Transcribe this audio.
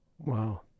Wow